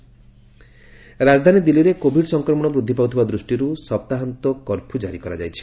Delhi curfew ରାଜଧାନୀ ଦିଲ୍ଲୀରେ Covid ସଂକ୍ରମଣ ବୃଦ୍ଧି ପାଉଥିବା ଦୃଷ୍ଟିରୁ ସପ୍ତାହାନ୍ତ କର୍ଫ୍ୟ ଜାରି କରାଯାଇଛି